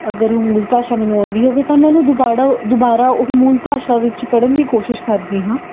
ਅਗਰ ਮੂਲ ਭਾਸ਼ਾ ਮੈਨੂੰ ਆਉਂਦੀ ਹੋਵੇ ਤਾਂ ਮੈਂ ਉਹਨੂੰ ਦੁਬਾੜਾ ਦੁਬਾਰਾ ਉਹ ਮੂਲ ਭਾਸ਼ਾ ਵਿੱਚ ਪੜ੍ਹਨ ਦੀ ਕੋਸ਼ਿਸ਼ ਕਰਦੀ ਹਾਂ